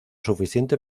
suficiente